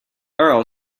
earl